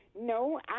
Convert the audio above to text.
No